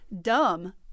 dumb